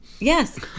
Yes